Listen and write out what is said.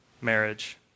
marriage